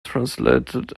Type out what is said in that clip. translated